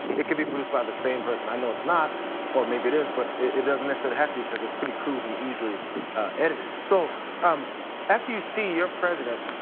and it can be produced by the same person. i know it's not or maybe it is, but it doesn't necessarily have to be cuz it's pretty crude and easily edited. so yeah um after you see your president,